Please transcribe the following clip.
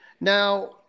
Now –